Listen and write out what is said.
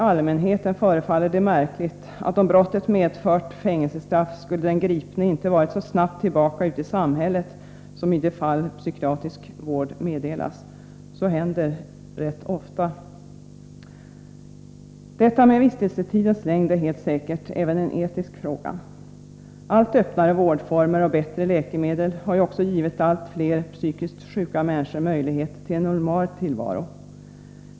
allmänheten förefaller det märkligt att den gripne inte så snabbt skulle ha varit tillbaka ute i samhället om brottet medfört fängelsestraff som han ofta är i de fall då psykiatrisk vård meddelats. Vistelsetidens längd är helt säkert även en etisk fråga. Allt öppnare vårdformer och bättre läkemedel har givit allt fler psykiskt sjuka människor möjlighet till en normal tillvaro.